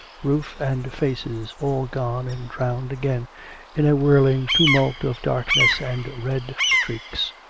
roof and faces all gone and drowned again in a whirling tumult of darkness and red streaks.